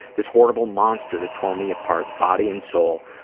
this horrible monster that tore me apart, body and soul,